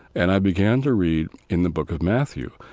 and i began to read in the book of matthew.